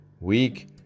week